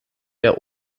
der